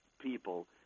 people